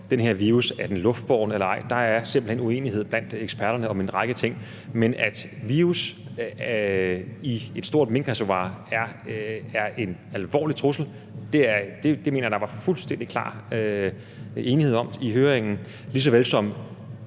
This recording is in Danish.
om den her virus er luftbåren eller ej. Der er simpelt hen uenighed blandt eksperterne om en række ting. Men at virus i et stort minkreservoir er en alvorlig trussel, mener jeg der var fuldstændig klar enighed om på høringen, lige såvel som